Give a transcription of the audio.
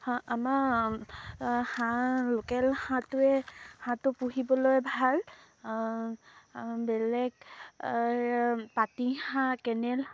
আমাৰ হাঁহ লোকেল হাঁহটোৱে হাঁহটো পুহিবলৈ ভাল বেলেগ পাতিহাঁহ কেনেল হাঁহ